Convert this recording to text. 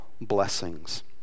blessings